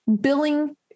billing